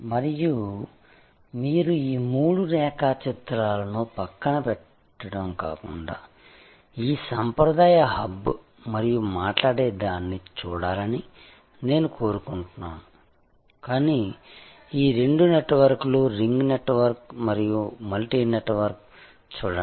మరియు మీరు ఈ మూడు రేఖాచిత్రాలను పక్కన పెట్టడం కాకుండా ఈ సాంప్రదాయ హబ్ మరియు మాట్లాడేదాన్ని చూడాలని నేను కోరుకుంటున్నాను కానీ ఈ రెండు నెట్వర్క్లు రింగ్ నెట్వర్క్ మరియు మల్టీ నెట్వర్క్ని చూడండి